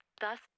Thus